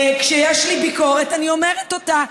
כשיש לי ביקורת אני אומרת אותה,